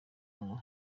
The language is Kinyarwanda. ngo